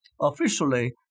Officially